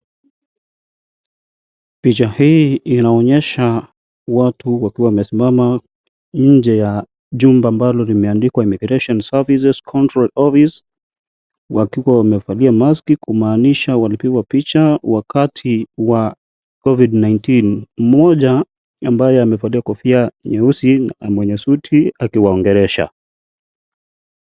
Picha hii inaonyesha watu wakiwa wamesimama nje ya jumba ambalo limeandikwa immigration services control office wakiwa wamevalia maski kumaanisha walipigwa picha wakati wa Covid -19 . Mmoja ambaye amevalia kofia nyeusi na mwenye suti akiwaongelesha.